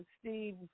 Steve